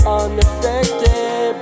unaffected